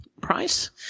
price